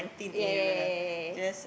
ya ya ya ya ya ya